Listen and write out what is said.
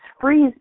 freeze